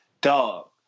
Dog